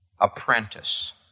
Apprentice